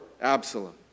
Absalom